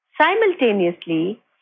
Simultaneously